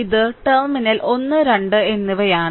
ഇത് ടെർമിനൽ 1 2 എന്നിവയാണ്